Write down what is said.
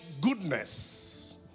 goodness